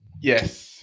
Yes